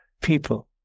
people